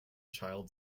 child